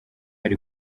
ari